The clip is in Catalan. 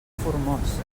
formós